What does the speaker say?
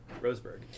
Roseburg